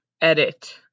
edit